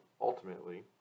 ultimately